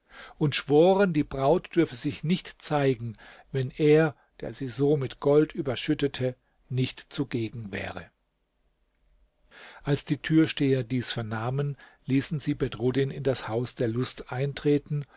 und schworen die braut dürfe sich nicht zeigen wenn er der sie so mit gold überschüttete nicht zugegen wäre als die türsteher dies vernahmen ließen sie bedruddin in das haus der lust eintreten